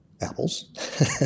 Apples